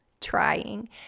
trying